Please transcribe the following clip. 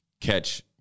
catch –